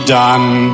done